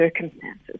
circumstances